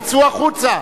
תצאו החוצה.